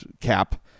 cap